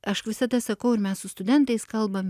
aš visada sakau ir mes su studentais kalbam